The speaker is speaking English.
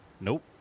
Nope